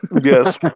Yes